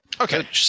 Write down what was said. Okay